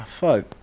fuck